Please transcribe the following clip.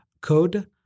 code